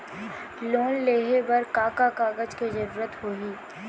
Loan लेहे बर का का कागज के जरूरत होही?